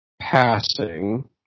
passing